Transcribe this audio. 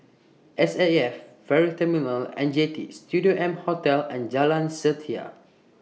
S A F Ferry Terminal and Jetty Studio M Hotel and Jalan Setia